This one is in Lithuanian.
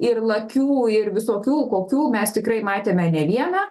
ir lakių ir visokių kokių mes tikrai matėme ne vieną